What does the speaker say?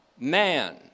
Man